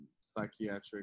psychiatric